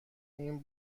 این